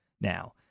now